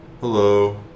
Hello